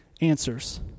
answers